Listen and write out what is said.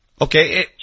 Okay